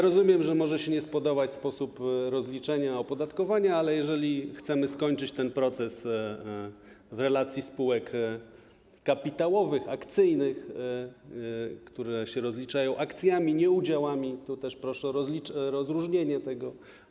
Rozumiem, że może się nie spodobać sposób rozliczenia opodatkowania, ale jeżeli chcemy skończyć ten proces, jeśli chodzi o relacje spółek kapitałowych, akcyjnych, które się rozliczają akcjami, nie udziałami, to proszę o rozróżnienie tego.